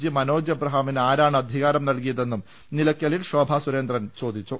G Manoj എബ്രഹാമിന് ആരാണ് അധികാരം നൽകിയതെന്നും നിലയ്ക്കലിൽ ശോഭാ സുരേന്ദ്രൻ ചോദിച്ചു